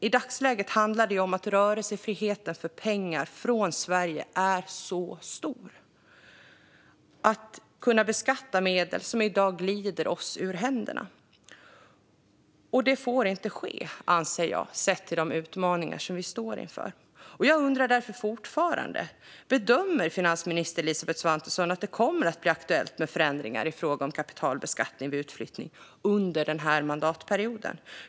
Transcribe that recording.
I dagsläget handlar det om att rörelsefriheten för pengar från Sverige är stor och om att kunna beskatta medel som i dag glider oss ur händerna. Detta får inte ske, anser jag, med tanke på de utmaningar vi står inför. Jag undrar därför fortfarande: Bedömer finansminister Elisabeth Svantesson att det kommer att bli aktuellt med förändringar i fråga om kapitalbeskattning vid utflyttning under den här mandatperioden?